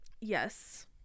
Yes